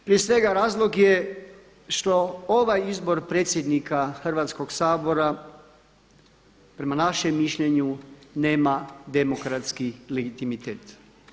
Prije svega razlog je što ovaj izbor predsjednika Hrvatskoga sabora prema našem mišljenju nema demokratski legitimitet.